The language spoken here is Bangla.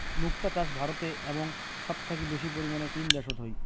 মুক্তা চাষ ভারতে এবং সব থাকি বেশি পরিমানে চীন দ্যাশোত হই